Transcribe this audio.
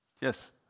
Yes